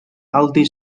aldi